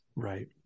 Right